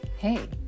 Hey